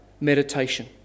meditation